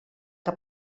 que